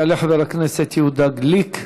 יעלה חבר הכנסת יהודה גליק,